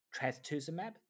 Trastuzumab